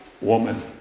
Woman